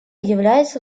является